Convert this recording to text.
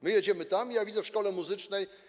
My jedziemy tam i ja widzę w szkole muzycznej.